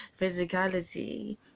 physicality